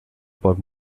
por